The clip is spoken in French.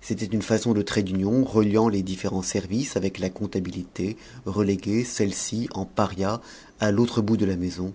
c'était une façon de trait d'union reliant les différents services avec la comptabilité reléguée celle-ci en paria à l'autre bout de la maison